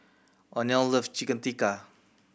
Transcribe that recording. Oneal love Chicken Tikka